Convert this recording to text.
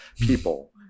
people